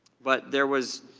but there was,